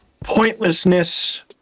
pointlessness